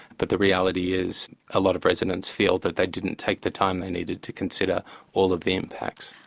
but the reality is a lot of residents feel that they didn't take the time they needed to consider all of the impacts.